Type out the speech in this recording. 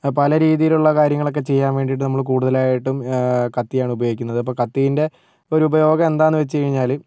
പല രീതിയിലുള്ള കാര്യങ്ങളൊക്കെ ചെയ്യാൻ വേണ്ടിയിട്ട് നമ്മള് കൂടുതലായിട്ടും കത്തിയാണ് ഉപയോഗിക്കുന്നത് അപ്പോൾ കത്തീൻ്റെ ഒരു ഉപയോഗം എന്താന്ന് വച്ച് കഴിഞ്ഞാല്